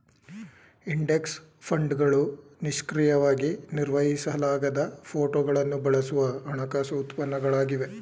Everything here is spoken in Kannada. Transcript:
ಇಂಡೆಕ್ಸ್ ಫಂಡ್ಗಳು ನಿಷ್ಕ್ರಿಯವಾಗಿ ನಿರ್ವಹಿಸಲಾಗದ ಫೋಟೋಗಳನ್ನು ಬಳಸುವ ಹಣಕಾಸು ಉತ್ಪನ್ನಗಳಾಗಿವೆ